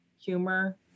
humor